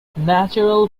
natural